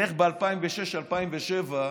בערך ב-2006, 2007,